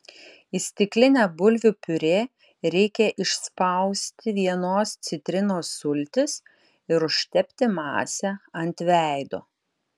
į stiklinę bulvių piurė reikia išspausti vienos citrinos sultis ir užtepti masę ant veido